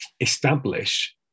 establish